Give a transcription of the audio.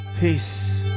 Peace